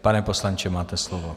Pane poslanče, máte slovo.